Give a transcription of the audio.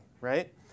right